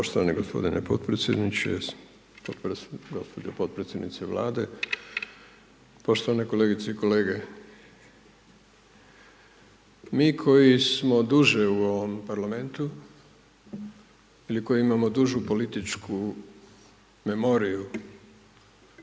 Poštovani gospodine potpredsjedniče, poštovana gospođo potpredsjednice Vlade, poštovane kolegice i kolege. Mi koji smo duže u ovom Parlamentu ili koji imamo dužu političku memoriju,